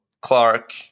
Clark